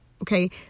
Okay